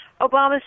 Obama